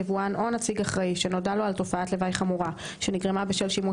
יבואן או נציג אחראי שנודע לו על תופעת לוואי חמורה שנגרמה בשל שימוש